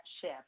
ship